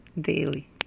daily